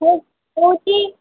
ହଁ କେଉଁଠି